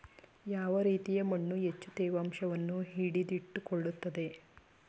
ಯಾವ ರೀತಿಯ ಮಣ್ಣು ಹೆಚ್ಚು ತೇವಾಂಶವನ್ನು ಹಿಡಿದಿಟ್ಟುಕೊಳ್ಳುತ್ತದೆ?